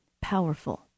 powerful